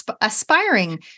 aspiring